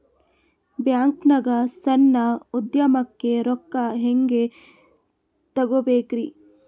ಬ್ಯಾಂಕ್ನಾಗ ಸಣ್ಣ ಉದ್ಯಮಕ್ಕೆ ರೊಕ್ಕ ಹೆಂಗೆ ತಗೋಬೇಕ್ರಿ?